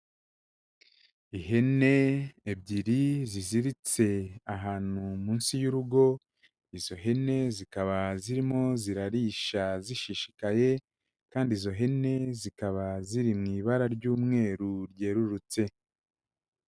Ihene ebyiri ziziritse ahantu munsi y'urugo, izo hene zikaba zirimo zirarisha zishishikaye kandi izo hene zikaba ziri mu ibara ry'umweru ryerurutse.